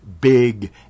big